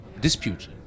dispute